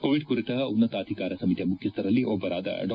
Covid ಕುರಿತ ಉನ್ನತಾಧಿಕಾರ ಸಮಿತಿಯ ಮುಖ್ಯಸ್ಥರಲ್ಲಿ ಒಬ್ಬರಾದ ಡಾ